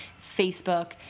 Facebook